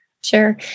Sure